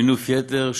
מינוף יתר,